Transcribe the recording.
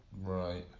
right